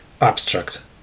Abstract